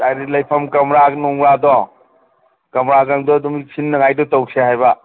ꯍꯥꯏꯗꯤ ꯂꯩꯐꯝ ꯀꯝꯔꯥꯒꯤ ꯅꯣꯡꯔꯥꯗꯣ ꯀꯝꯔꯥꯒꯗꯣ ꯑꯗꯨꯝ ꯁꯤꯟꯅꯉꯥꯏꯗꯣ ꯇꯧꯁꯦ ꯍꯥꯏꯕ